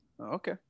Okay